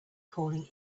calling